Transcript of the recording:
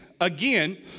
again